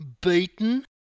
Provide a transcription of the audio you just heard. beaten